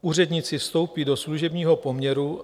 Úředníci vstoupí do služebního poměru.